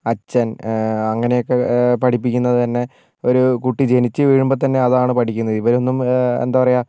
അച്ഛൻ അങ്ങനെയൊക്കെ പഠിപ്പിക്കുന്നത് തന്നെ ഒരു കുട്ടി ജനിച്ചു വീഴുമ്പോൾ തന്നെ അതാണ് പഠിക്കുന്നത് ഇവരൊന്നും എന്താണ് പറയുക